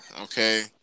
okay